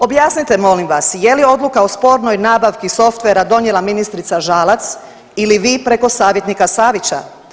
Objasnite, molim vas, je li odluka o spornoj nabavki softvera donijela ministrica Žalac ili vi preko savjetnika Savića?